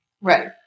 right